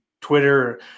Twitter